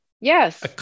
Yes